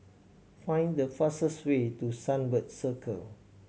find the fastest way to Sunbird Circle